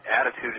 attitude